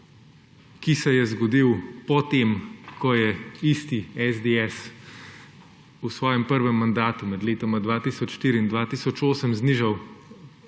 ki se je zgodil, ko je isti SDS v svojem prvem mandatu med letoma 2004 in 2008 znižal